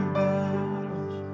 battles